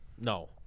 no